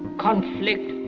conflict,